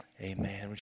Amen